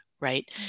right